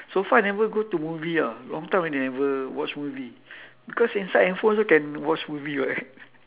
so far I never go to movie ah long time I never watch movie because inside handphone also can watch movie [what]